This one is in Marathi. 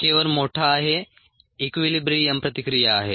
k1 मोठा आहे इक्वीलीब्रियम प्रतिक्रिया आहे